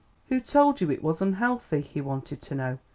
who told you it was unhealthy? he wanted to know.